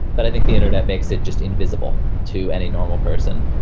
but i think the internet makes it just invisible to any normal person.